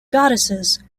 goddesses